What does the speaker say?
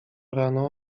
rano